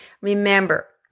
Remember